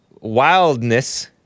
wildness